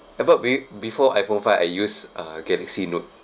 uh but be~ before I_phone five I used uh galaxy note